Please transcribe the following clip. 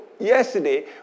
Yesterday